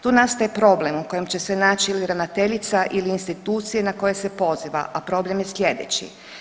Tu nastaje problem u kojem će se naći ili ravnateljica ili institucije na koje se poziva, a problem je slijedeći.